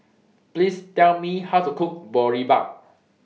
Please Tell Me How to Cook Boribap